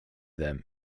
them